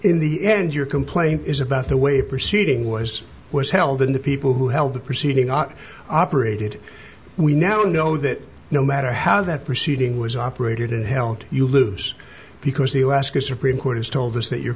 in the end your complaint is about the way proceeding was was held in the people who held the proceeding are operated we now know that no matter how that proceeding was operated and helped you lose because the alaska supreme court has told us that your